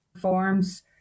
forms